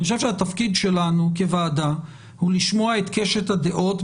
אני חושב שהתפקיד שלנו כוועדה הוא לשמוע את קשת הדעות,